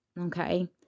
Okay